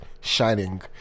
shining